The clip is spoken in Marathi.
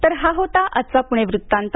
तर हा होता आजचा पुणे वृत्तांत